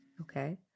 Okay